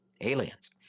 aliens